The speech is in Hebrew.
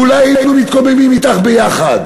ואולי היינו מתקוממים אתך ביחד.